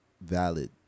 valid